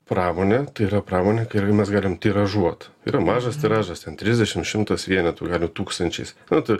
pramonė tai yra pramonė kai ir mes galim tiražuot yra mažas tiražas ten trisdešimt šimtas vienetų gali tūkstančiais